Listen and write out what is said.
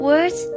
Words